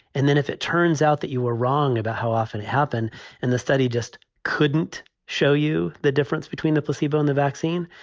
and then if it turns out that you were wrong about how often it happened and the study just couldn't show you the difference between the placebo and the vaccine,